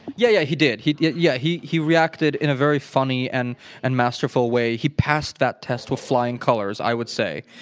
yeah. yeah he did. he yeah yeah he reacted in a very funny and and masterful way. he passed that test with flying colors, i would say.